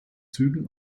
zügen